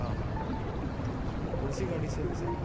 हाँ हाँ हाँ कौन सी गाड़ी से हैं वैसे आप